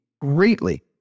greatly